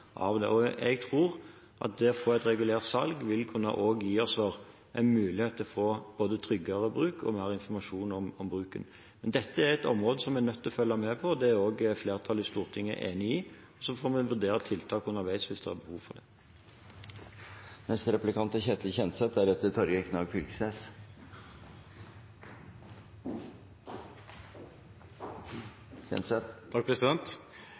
vil kunne gi oss en mulighet til å få både tryggere bruk og mer informasjon om bruken. Dette er et område som vi er nødt til å følge med på, og det er også flertallet i Stortinget enig i, og så får vi vurdere tiltak underveis hvis det er behov for det. Jeg registrerer at statsråden er